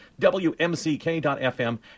WMCK.FM